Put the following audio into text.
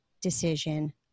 decision